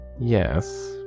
Yes